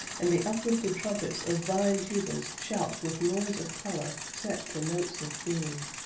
and the uplifted trumpets of vine tubas shout with noise of color set to notes of bloom.